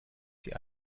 sie